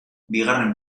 bigarren